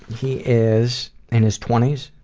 he is in his twenty s,